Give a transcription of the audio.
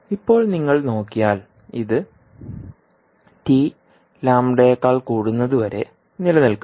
ഇപ്പോൾ നിങ്ങൾ നോക്കിയാൽ ഇത് വരെ നിലനിൽക്കും